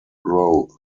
globe